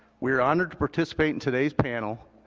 we are honored to participate in today's panel,